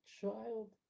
child